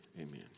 Amen